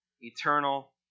eternal